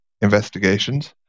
investigations